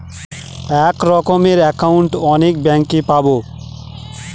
এক রকমের একাউন্ট অনেক ব্যাঙ্কে পাবো